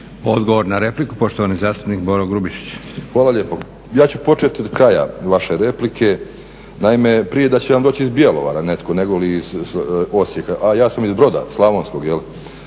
Odgovor na repliku, poštovani zastupnik Boro Grubišić. **Grubišić, Boro (HDSSB)** Hvala lijepo. Ja ću početi od kraja vaše replike. Naime, prije da će vam doći iz Bjelovara netko nego li iz Osijeka, a ja sam iz Broda Slavonskog,